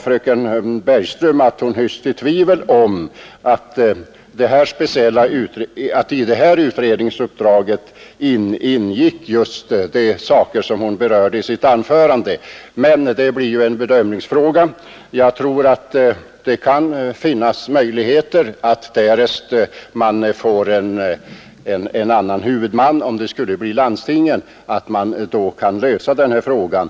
Fröken Bergström sade att hon hyste tvivel om att de frågor hon berörde i sitt anförande ingick i det här speciella utredningsuppdraget. Men det blir ju en bedömningsfråga. Jag tror att det kan finnas möjligheter att man, därest man får en annan huvudman och om det skulle bli landstingen, kan lösa den här frågan.